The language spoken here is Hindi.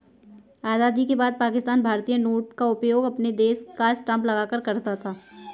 आजादी के बाद पाकिस्तान भारतीय नोट का उपयोग अपने देश का स्टांप लगाकर करता था